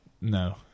No